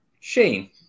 Shane